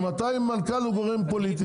ממתי מנכ"ל הוא גורם פוליטי,